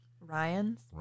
Ryan's